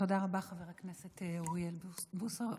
תודה רבה, חבר הכנסת אוריאל בוסו.